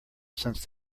since